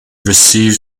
received